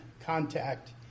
contact